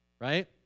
right